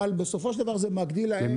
אבל בסופו של דבר זה מגדיל להם.